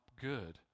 good